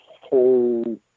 whole